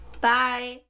Bye